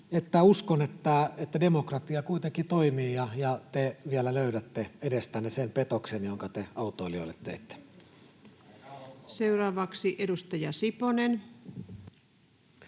uskon, että demokratia kuitenkin toimii ja te vielä löydätte edestänne sen petoksen, jonka te autoilijoille teitte. [Perussuomalaisten